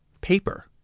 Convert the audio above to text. paper